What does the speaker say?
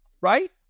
right